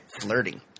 flirting